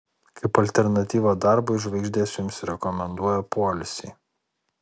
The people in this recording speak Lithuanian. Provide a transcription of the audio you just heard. kaip alternatyvą darbui žvaigždės jums rekomenduoja poilsį